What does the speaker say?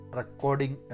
recording